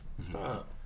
stop